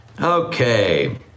Okay